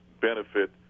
benefit